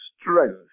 strength